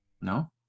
No